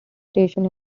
station